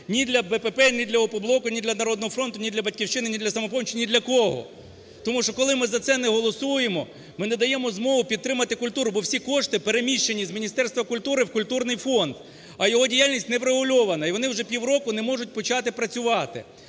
ні для БПП, ні для "Опоблоку", ні для "Народного фронту", ні для "Батьківщини", ні для "Самопомочі", ні для кого, тому що коли ми за це не голосуємо, ми не даємо змогу підтримати культуру, бо всі кошти переміщені з Міністерства культури в культурний фонд, а його діяльність не врегульована і вони вже півроку не можуть почати працювати.